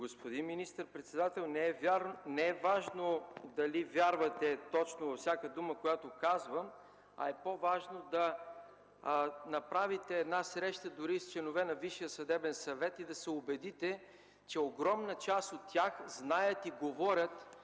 Господин министър-председател, не е важно дали вярвате точно във всяка дума, която казвам, а е по-важно да направите една среща – дори с членове на Висшия съдебен съвет, и да се убедите, че огромна част знаят и говорят